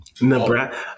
Nebraska